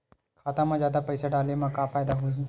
खाता मा जादा पईसा डाले मा का फ़ायदा होही?